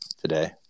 today